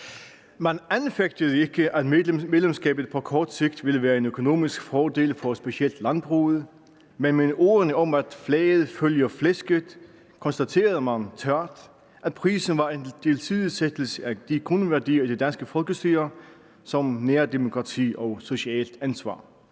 Man anfægtede ikke, at medlemskabet på kort sigt ville være en økonomisk fordel for specielt landbruget, men med ordene om, at flaget følger flæsket, konstaterede man tørt, at prisen var en tilsidesættelse af grundværdier i det danske folkestyre som nærdemokrati og socialt ansvar.